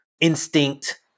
instinct